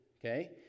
okay